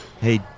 Hey